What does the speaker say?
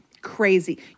Crazy